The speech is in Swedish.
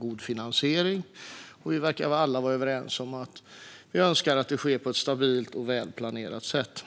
god finansiering behövs, och vi verkar alla vara överens om att vi önskar att det ska ske på ett stabilt och välplanerat sätt.